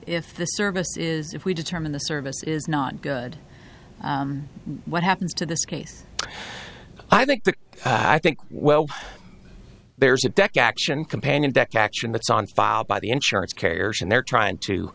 if the service is if we determine the service is not good what happens to this case i think that i think well there's a deck action companion deck action that's on file by the insurance carriers and they're trying to